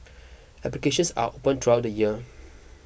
applications are open throughout the year